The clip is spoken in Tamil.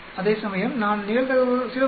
அதேசமயம் நான் நிகழ்தகவு 0